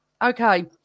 Okay